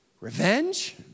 Revenge